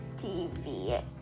TV